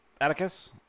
Atticus